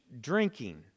drinking